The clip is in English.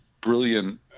brilliant